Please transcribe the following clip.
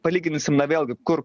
palyginsim na vėlgi kur